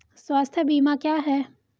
स्वास्थ्य बीमा क्या है?